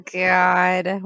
god